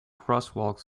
crosswalk